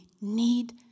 need